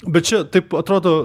bet čia taip atrodo